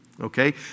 okay